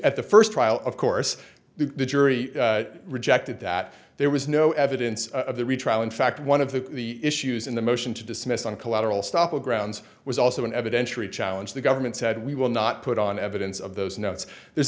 at the first trial of course the jury rejected that there was no evidence of the retrial in fact one of the issues in the motion to dismiss on collateral stoppel grounds was also an evidentiary challenge the government said we will not put on evidence of those notes th